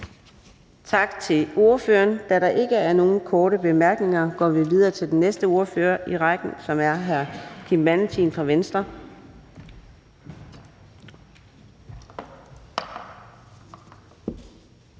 Tak til ordføreren. Da der ikke er nogen korte bemærkninger, går vi videre til den næste ordfører i rækken, som er fru Sascha Faxe fra Alternativet.